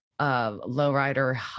lowrider